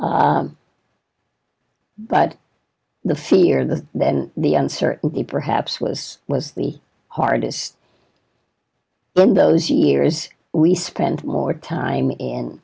but the fear the then the uncertainty perhaps was was the hardest in those years we spent more time in